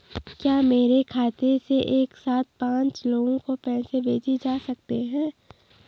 क्या मेरे खाते से एक साथ पांच लोगों को पैसे भेजे जा सकते हैं?